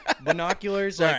Binoculars